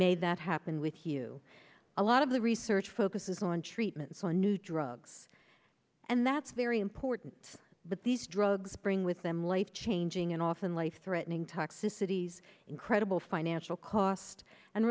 made that happen with you a lot of the research focuses on treatments on new drugs and that's very important but these drugs bring with them life changing and often life threatening toxicities incredible financial cost and